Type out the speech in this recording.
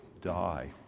die